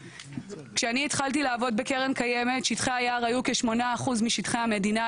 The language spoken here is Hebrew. כשאני התחלתי לעבוד בקרן קיימת שטחי היער היו כ-8% משטחי המדינה,